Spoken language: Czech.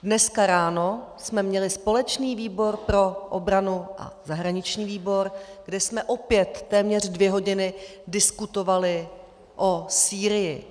Dneska ráno jsme měli společný výbor pro obranu a zahraniční výbor, kdy jsme opět téměř dvě hodiny diskutovali o Sýrii.